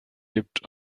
gibt